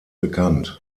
bekannt